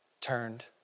turned